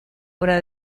obra